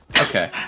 Okay